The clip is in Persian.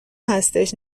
هستش